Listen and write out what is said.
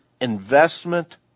investment